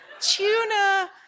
tuna